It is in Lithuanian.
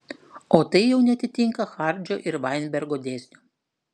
o tai jau neatitinka hardžio ir vainbergo dėsnio